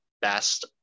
best